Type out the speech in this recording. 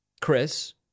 Chris